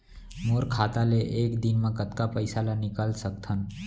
मोर खाता ले एक दिन म कतका पइसा ल निकल सकथन?